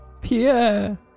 Pierre